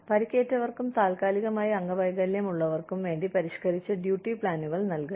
പരിക്കേറ്റവർക്കും താൽക്കാലികമായി അംഗവൈകല്യമുള്ളവർക്കും വേണ്ടി പരിഷ്കരിച്ച ഡ്യൂട്ടി പ്ലാനുകൾ നൽകൽ